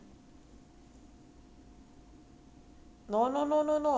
no no no no no he eat already right the wet food